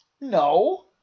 No